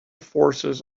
forces